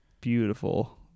beautiful